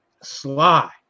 Sly